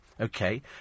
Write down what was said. okay